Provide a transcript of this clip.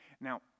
Now